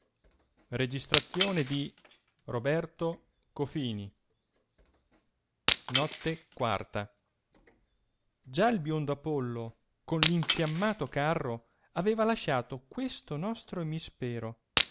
della terza notte notte quarta già il biondo apollo con infiammato carro aveva lasciato questo nostro emispero